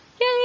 Yay